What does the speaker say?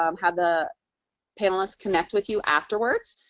um have the panelists connect with you afterwards.